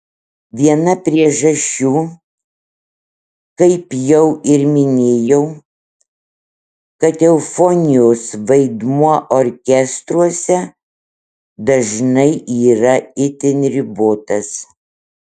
viena priežasčių kaip jau ir minėjau kad eufonijos vaidmuo orkestruose dažnai yra itin ribotas